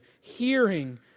hearing